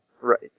Right